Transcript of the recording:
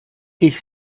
ich